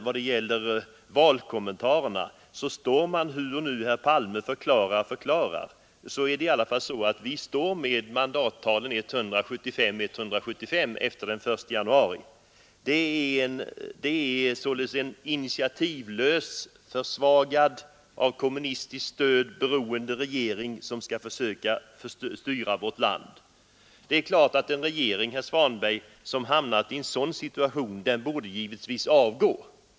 Vad gäller valkommentarerna står vi, hur herr Palme än förklarar och förklarar, med mandattalen 175—175 efter den 1 januari. Det är således en initiativlös, försvagad och av kommunistiskt stöd beroende regering som skall försöka styra vårt land. Det är klart, herr Svanberg, att en regering som hamnat i en sådan situation borde avgå.